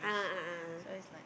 a'ah a'ah